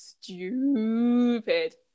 stupid